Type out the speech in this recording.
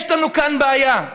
יש לנו כאן בעיה.